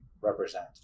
represent